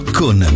con